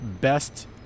best